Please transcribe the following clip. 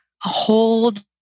hold